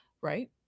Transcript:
Right